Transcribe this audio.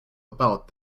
about